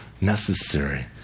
necessary